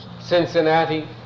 Cincinnati